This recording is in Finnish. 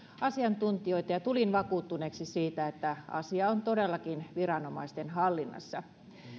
asiantuntijoita ja tulin vakuuttuneeksi siitä että asia on todellakin viranomaisten hallinnassa